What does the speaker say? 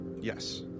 Yes